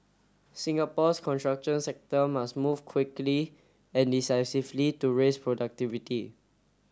Singapore's construction sector must move quickly and decisively to raise productivity